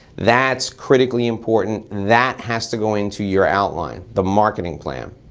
that's critically important, that has to go in to your outline, the marketing plan.